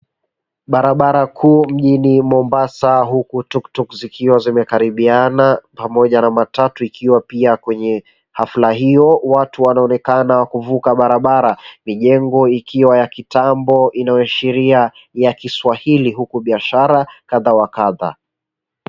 Barabara kuu mjini mombasa huku tuktuk zikiwa zimekaribiana pamoja na matatu ikiwa pia kwenye hafla hiyo. Watu wanaonekana kuvuka barabara. Mijengo ikiwa ya kitambo inayoshiria ya kiswahili na biashara kadha wakadha.